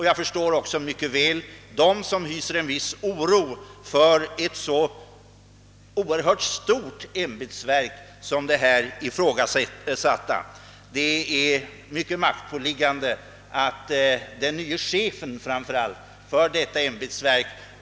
Jag förstår också mycket väl dem som hyser en viss oro för ett så oerhört stort ämbetsverk som det här ifrågasatta. Det blir mycket maktpåliggande framför allt för den nye chefen för detta ämbetsverk.